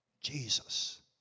Jesus